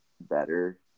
better